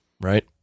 right